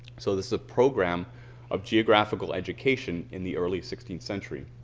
so this is a program of geographical education in the early sixteenth century.